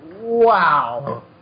wow